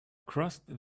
crossed